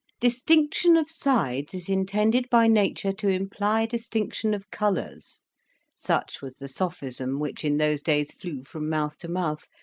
distinction of sides is intended by nature to imply distinction of colours such was the. sophism which in those days flew from mouth to mouth,